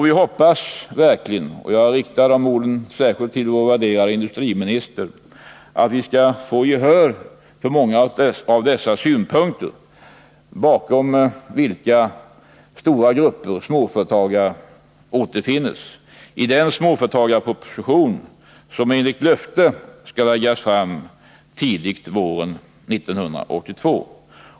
Vi hoppas verkligen, och jag riktar dessa ord särskilt till vår värderade industriminister, att vi skall få gehör för de här synpunkterna, bakom vilka stora grupper småföretagare återfinns, i den småföretagsproposition som enligt löfte skall läggas fram tidigt våren 1982.